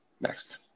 Next